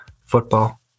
football